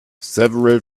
several